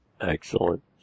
Excellent